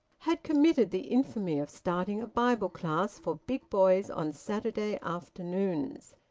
had committed the infamy of starting a bible class for big boys on saturday afternoons.